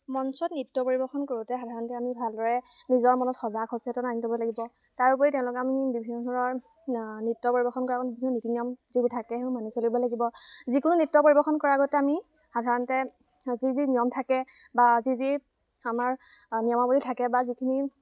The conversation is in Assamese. মঞ্চত নৃত্য পৰিৱেশন কৰোঁতে সাধাৰণতে আমি ভালদৰে নিজৰ মনত সজাগ সচেতন আনি ল'ব লাগিব তাৰোপৰি তেওঁলোকে আমি বিভিন্ন ধৰণৰ নৃত্য পৰিৱেশন কৰাৰ আগত বিভিন্ন নীতি নিয়ম যিবোৰ থাকে সেইবোৰ মানি চলিব লাগিব যিকোনো নৃত্য পৰিৱেশন কৰাৰ আগতে আমি সাধাৰণতে যি যি নিয়ম থাকে বা যি যি আমাৰ নিয়মাৱলী থাকে বা যিখিনি